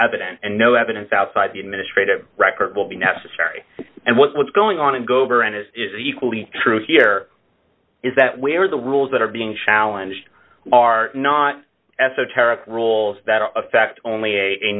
evident and no evidence outside the administrative record will be necessary and what's going on and go over and it is equally true here is that where the rules that are being challenged are not esoteric rules that are a fact only a